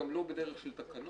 גם לא בדרך של תקנות,